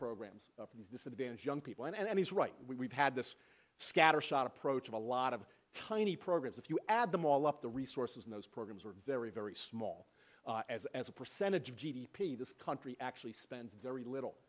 programs disadvantaged young people and then he's right we've had this scattershot approach of a lot of tiny programs if you add them all up the resources in those programs are very very small as as a percentage of g d p this country actually spent very little